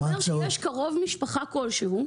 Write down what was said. זה אומר שיש קרוב משפחה כלשהו,